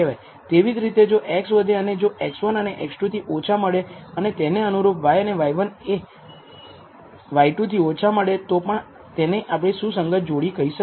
તેવી જ રીતે જો x વધે જો x1 એ x2 થી ઓછા મળે અને તેને અનુરૂપ y માટે y1 એ y2 થી ઓછા મળે તો પણ તેને આપણે સુસંગત જોડી કહી શકીએ